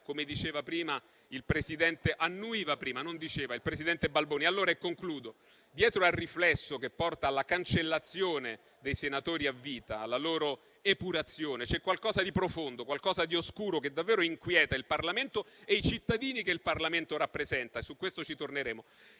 non diceva, il presidente Balboni. Dietro al riflesso che porta alla cancellazione dei senatori a vita, alla loro epurazione, c'è qualcosa di profondo e di oscuro che davvero inquieta il Parlamento e i cittadini che il Parlamento rappresenta. Su questo punto ci torneremo.